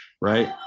Right